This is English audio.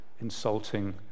insulting